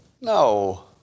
No